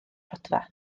rhodfa